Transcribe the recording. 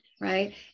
right